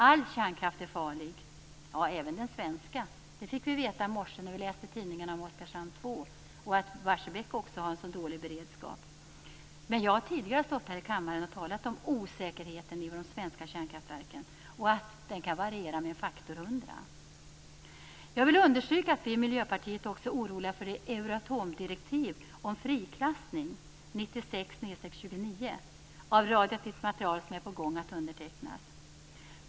All kärnkraft är farlig, även den svenska, vilket vi fick veta i morse när vi läste i tidningarna om Oskarshamn 2 och om att också Barsebäck har en så dålig beredskap. Men jag har tidigare stått här i kammaren och talat om osäkerheten i de svenska kärnkraftverken och att den kan variera med faktor 100. Jag vill understryka att vi i Miljöpartiet också är oroliga för det Euratomdirektiv om friklassning, 96/29, av radioaktivt material som är på gång att undertecknas.